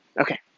Okay